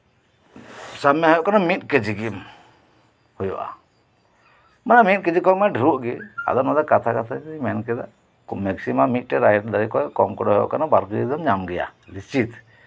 ᱥᱟᱵᱽ ᱢᱮ ᱦᱩᱭᱩᱜ ᱠᱟᱱᱟ ᱢᱤᱫ ᱠᱮᱡᱤ ᱜᱮ ᱦᱩᱭᱩᱜᱼᱟ ᱢᱤᱫ ᱠᱮᱡᱤ ᱠᱷᱚᱱᱢᱟ ᱰᱷᱮᱨᱚᱜ ᱜᱮ ᱠᱟᱛᱷᱟ ᱠᱟᱛᱷᱟ ᱛᱤᱧ ᱢᱮᱱ ᱠᱮᱫᱟ ᱢᱤᱫᱴᱮᱡ ᱨᱟᱦᱮᱲ ᱫᱟᱨᱮ ᱠᱷᱚᱡ ᱠᱚᱢ ᱠᱚᱨᱮ ᱵᱟᱨ ᱠᱮᱡᱤ ᱫᱚᱢ ᱧᱟᱢ ᱜᱮᱭᱟ